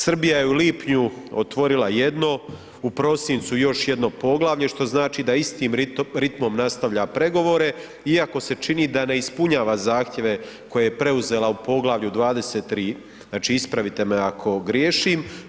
Srbija je u lipnju otvorila jedno, u prosincu još jedno poglavlje što znači da istim ritmom nastavlja pregovore iako se čini da ne ispunjava zahtjeve koje je preuzela u poglavlju 23., znači ispravite me ako griješim.